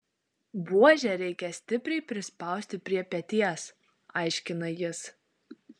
buožę reikia stipriai prispausti prie peties aiškina jis